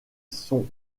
sont